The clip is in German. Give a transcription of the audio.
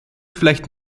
vielleicht